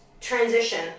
transition